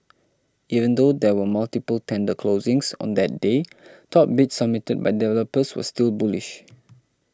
even though there were multiple tender closings on that day top bids submitted by developers were still bullish